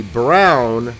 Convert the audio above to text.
brown